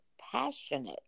passionate